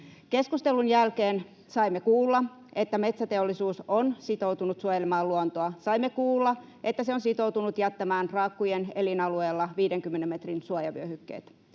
Keskustelun jälkeen saimme kuulla, että metsäteollisuus on sitoutunut suojelemaan luontoa. Saimme kuulla, että se on sitoutunut jättämään raakkujen elinalueella 50 metrin suojavyöhykkeet.